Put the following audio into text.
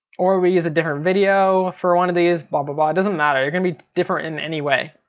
or we use a different video for one of these, blah, blah, blah it doesn't matter. they're gonna be different in any way.